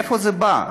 מאיפה זה בא?